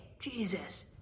Jesus